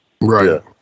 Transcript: Right